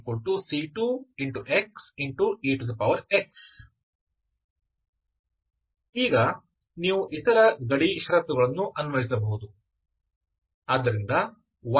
y00 ⇒ c10 ⇒ yxc2xex ಈಗ ನೀವು ಇತರ ಗಡಿ ಷರತ್ತುಗಳನ್ನು ಅನ್ವಯಿಸಬಹುದು